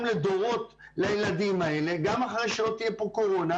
לדורות לילדים האלה גם אחרי שלא תהיה פה קורונה,